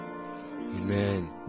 Amen